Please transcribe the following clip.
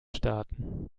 starten